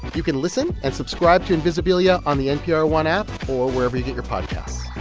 you can listen and subscribe to invisibilia on the npr one app or wherever you get your podcasts